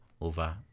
over